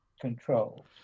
control